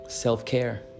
self-care